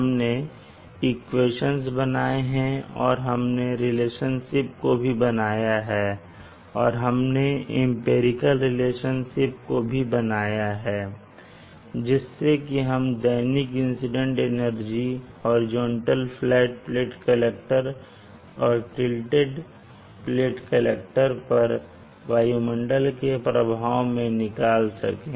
हमने इक्वेशंस बनाए हैं और हमने रिलेशनशिप को भी बनाया है और हमने एम्पिरिकल रिलेशनशिप को भी बनाया है जिससे कि हम दैनिक incident energy horizontal flat plate collector और टिल्टटेड फ्लैट प्लेट कलेक्टर पर वायुमंडल के प्रभाव में निकाल सके